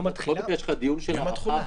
מידי שישה חודשים מיום התחילה?